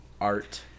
art